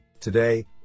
Today